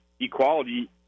equality